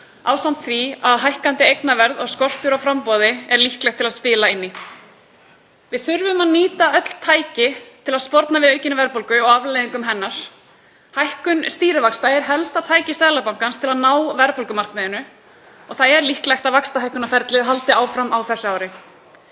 ásamt því að hækkandi eignaverð og skortur á framboði er líklegt til að spila inn í. Við þurfum að nýta öll tæki til að sporna við aukinni verðbólgu og afleiðingum hennar. Hækkun stýrivaxta er helsta tæki Seðlabankans til að ná verðbólgumarkmiðinu. Það er líklegt að vaxtahækkunarferlið haldi áfram á þessu ári.